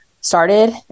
started